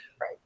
Right